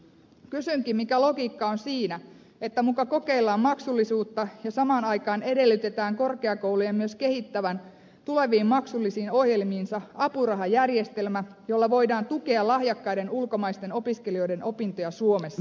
kysynkin mikä logiikka on siinä että muka kokeillaan maksullisuutta ja samaan aikaan edellytetään korkeakoulujen myös kehittävän tuleviin maksullisiin ohjelmiinsa apurahajärjestelmän jolla voidaan tukea lahjakkaiden ulkomaisten opiskelijoiden opintoja suomessa